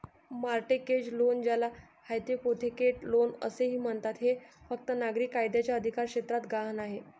mortgage loan, ज्याला hypothecate loan असेही म्हणतात, हे फक्त नागरी कायद्याच्या अधिकारक्षेत्रात गहाण आहे